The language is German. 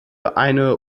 eine